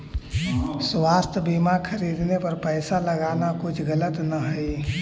स्वास्थ्य बीमा खरीदने पर पैसा लगाना कुछ गलत न हई